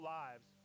lives